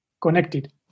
connected